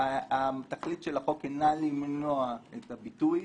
התכלית של החוק אינה למנוע את הביטוי,